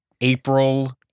April